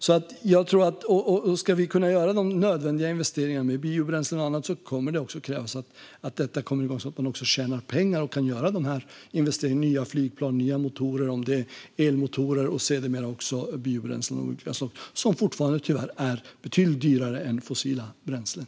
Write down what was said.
Ska vi kunna göra de nödvändiga investeringarna i biobränslen och annat kommer det att krävas att detta kommer igång, så att man också tjänar pengar. Då kan man göra de här investeringarna i nya flygplan och nya motorer. Det kan vara fråga om elmotorer och sedermera även olika slags biobränslen, som fortfarande tyvärr är betydligt dyrare än fossila bränslen.